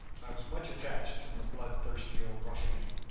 i was much attached to the bloodthirsty old ruffian.